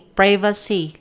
privacy